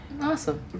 Awesome